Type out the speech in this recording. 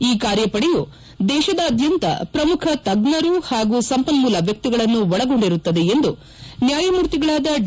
ಈ ಕಾರ್ಯಪಡೆಯು ದೇಶಾದ್ಯಂತದ ಪ್ರಮುಖ ತಜ್ಞರು ಹಾಗೂ ಸಂಪನ್ಮೂಲ ವ್ಯಕ್ತಿಗಳನ್ನು ಒಳಗೊಂಡಿರುತ್ತದೆ ಎಂದು ನ್ಯಾಯಮೂರ್ತಿಗಳಾದ ಡಿ